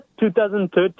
2013